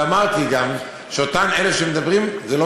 וגם אמרתי שאותם 1,000 שמדברים עליהם,